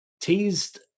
teased